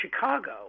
Chicago